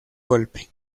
golpe